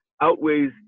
outweighs